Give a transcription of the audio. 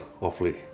Awfully